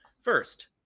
First